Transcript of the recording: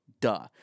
duh